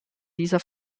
dieser